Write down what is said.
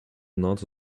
not